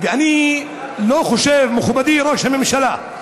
אני לא חושב, מכובדי ראש הממשלה,